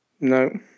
No